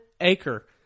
acre